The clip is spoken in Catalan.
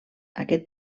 aquest